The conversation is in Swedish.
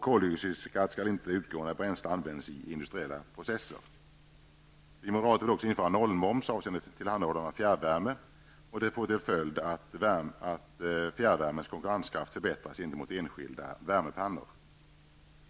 Koldioxid skall inte utgå när bränsle används i industriella processer. Vi moderater vill också införa noll-moms avseende tillhandahållande av fjärrvärme. Det får till följd att fjärrvärmens konkurrenskraft förbättras gentemot enskilda värmepannor.